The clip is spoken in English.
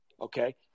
okay